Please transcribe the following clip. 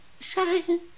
shine